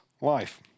life